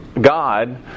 God